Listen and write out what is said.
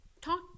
talk